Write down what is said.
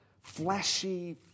fleshy